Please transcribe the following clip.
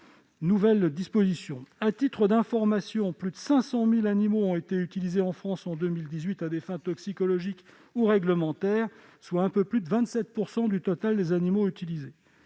nouvelles dispositions. À titre d'information, plus de 500 000 animaux ont été utilisés en France en 2018 à des fins toxicologiques ou réglementaires, soit un peu plus de 27 % du total des animaux utilisés.